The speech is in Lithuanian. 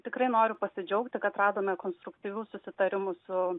tikrai noriu pasidžiaugti kad radome konstruktyvių susitarimų su